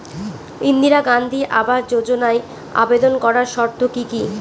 ইন্দিরা গান্ধী আবাস যোজনায় আবেদন করার শর্ত কি কি?